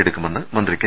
യെടുക്കുമെന്ന് മന്ത്രി കെ